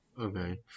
okay